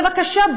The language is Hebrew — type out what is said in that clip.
בבקשה,